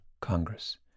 Congress